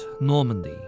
Normandy